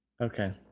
Okay